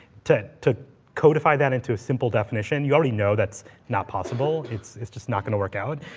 to to codify that into a simple definition. you already know that's not possible, it's it's just not gonna work out.